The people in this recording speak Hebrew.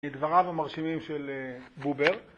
לדבריו המרשימים של בובר